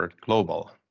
global